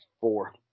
four